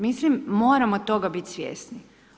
Mislim, moramo toga biti svjesni.